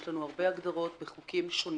יש לנו הרבה הגדרות בחוקים שונים,